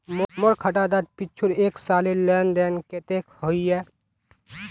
मोर खाता डात पिछुर एक सालेर लेन देन कतेक होइए?